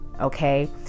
okay